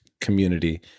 community